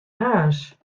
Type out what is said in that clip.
harns